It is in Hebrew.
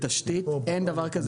בתשתית אין דבר כזה